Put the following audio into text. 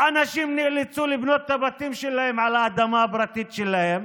אנשים נאלצו לבנות את הבתים שלהם על האדמה הפרטית שלהם